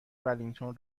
ولینگتون